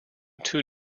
two